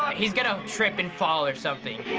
he's gonna trip and fall or something.